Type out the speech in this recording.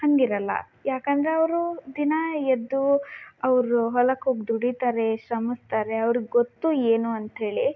ಹಾಗಿರಲ್ಲ ಯಾಕಂದರೆ ಅವರು ದಿನಾ ಎದ್ದು ಅವರು ಹೊಲಕ್ಕೆ ಹೋಗಿ ದುಡಿತಾರೆ ಶ್ರಮಿಸ್ತಾರೆ ಅವ್ರಗೆ ಗೊತ್ತು ಏನು ಅಂತ ಹೇಳಿ